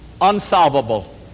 unsolvable